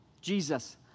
Jesus